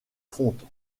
fonte